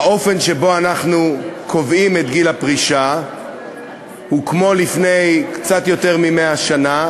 האופן שבו אנחנו קובעים את גיל הפרישה הוא כמו לפני קצת יותר מ-100 שנה,